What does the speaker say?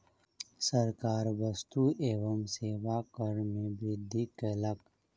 सरकार वस्तु एवं सेवा कर में वृद्धि कयलक